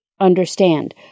understand